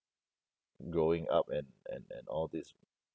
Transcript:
growing up and and and all this